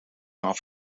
kan